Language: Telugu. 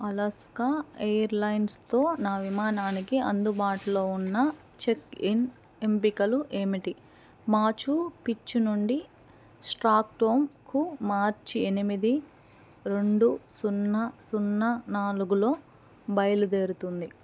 అలస్కా ఎయిర్లైన్స్తో నా విమానానికి అందుబాటులో ఉన్న చెక్ఇన్ ఎంపికలు ఏమిటి మాచు పిచ్చు నుండి స్టాక్టోమ్కు మార్చి ఎనిమిది రెండు సున్నా సున్నా నాలుగులో బయలుదేరుతుంది